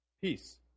peace